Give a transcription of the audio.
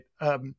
right